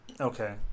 Okay